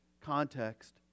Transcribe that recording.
context